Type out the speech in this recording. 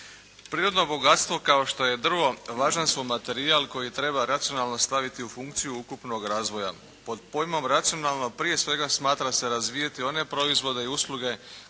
Prirodno bogatstvo kao što je drvo, važan su materijal koji treba racionalno staviti u funkciju ukupnog razvoja. Pod pojmom racionalno, prije svega smatra se razvijati one proizvode i usluge